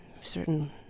certain